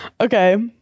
Okay